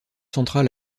central